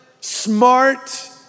smart